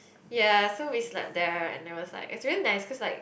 ya so we slept there and it was like it's really nice cause like